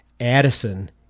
Addison